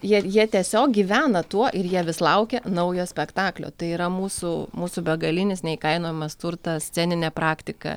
jie jie tiesiog gyvena tuo ir jie vis laukia naujo spektaklio tai yra mūsų mūsų begalinis neįkainojamas turtas sceninė praktika